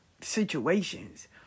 Situations